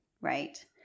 right